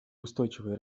устойчивое